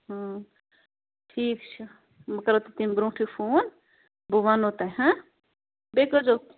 ٹھیٖک چھِ بہٕ کَرو تۄہہِ تمۍ برٛونٛٹھٕے فون بہٕ وَنو تۄہہِ ہَہ بیٚیہِ کٔرۍ زیو